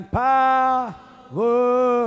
power